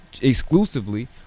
exclusively